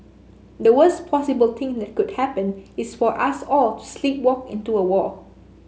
the worst possible thing that could happen is for us all to sleepwalk into a war